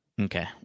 Okay